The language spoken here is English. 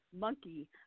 monkey